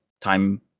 time